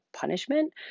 punishment